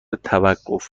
توقف